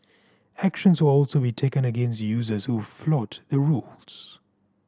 actions will also be taken against users who flout the rules